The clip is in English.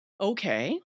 Okay